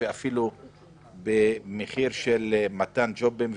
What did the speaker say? אפילו במחיר של מתן ג'ובים,